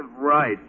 right